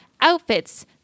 outfits